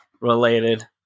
related